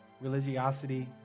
religiosity